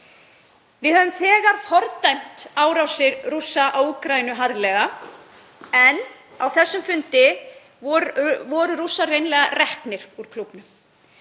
Við höfum þegar fordæmt árásir Rússa á Úkraínu harðlega en á þessum fundi voru Rússar hreinlega reknir úr klúbbnum.